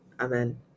Amen